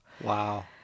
Wow